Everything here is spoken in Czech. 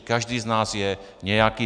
Každý z nás je nějaký.